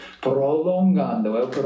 prolongando